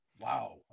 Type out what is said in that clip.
wow